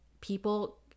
people